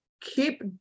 keep